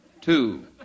two